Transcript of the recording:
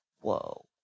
whoa